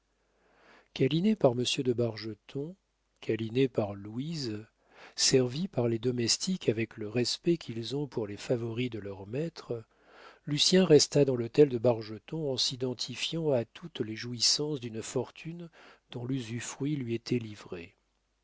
dîner câliné par monsieur de bargeton câliné par louise servi par les domestiques avec le respect qu'ils ont pour les favoris de leurs maîtres lucien resta dans l'hôtel de bargeton en s'identifiant